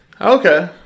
Okay